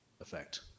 effect